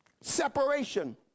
Separation